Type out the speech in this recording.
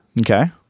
okay